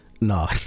No